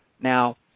Now